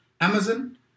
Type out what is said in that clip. Amazon